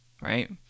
right